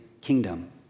kingdom